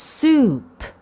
soup